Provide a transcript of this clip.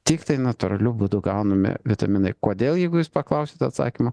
tiktai natūraliu būdu gaunami vitaminai kodėl jeigu jūs paklausit atsakymo